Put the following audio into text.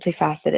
multifaceted